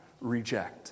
Reject